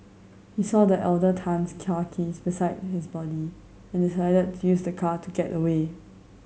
he saw the elder Tan's car keys beside his body and decided to use the car to get away